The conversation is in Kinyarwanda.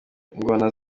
ingona